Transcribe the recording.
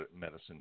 medicine